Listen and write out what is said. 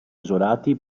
isolati